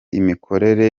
imikorere